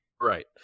right